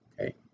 Okay